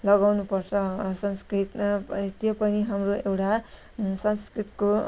लगाउनुपर्छ संस्कृत त्यो पनि हाम्रो एउटा संस्कृतको